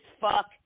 fuck